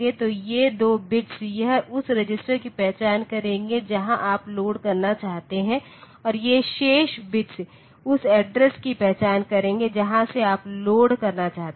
तो ये दो बिट्स उस रजिस्टर की पहचान करेंगे जहां आप लोड करना चाहते हैं और ये शेष बिट्स उस एड्रेस की पहचान करेंगे जहां से आप लोड करना चाहते हैं